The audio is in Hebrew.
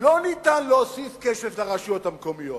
לא ניתן להוסיף כסף לרשויות המקומיות.